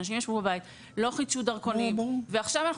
אנשים ישבו בבית ולא חידשו דרכונים ועכשיו אנחנו